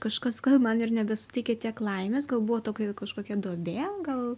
kažkas gal man ir nebesuteikia tiek laimės gal buvo tokia kažkokia duobė gal